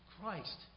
Christ